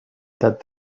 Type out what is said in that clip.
that